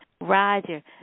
Roger